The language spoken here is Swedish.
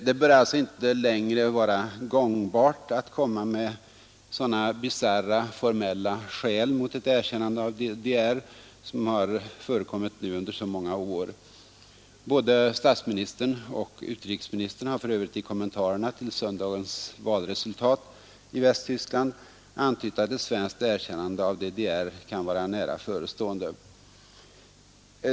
Det bör alltså inte längre vara gångbart att komma med sådana bisarra formella skäl mot ett erkännande av DDR som har förekommit nu under så många år. Både statsministern och utrikesministern har för övrigt i kommentarerna till söndagens valresultat i Västtyskland antytt att ett svenskt erkännande av DDR kan vara nära förestående.